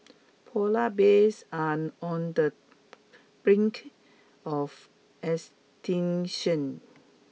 polar bears are on the brink of extinction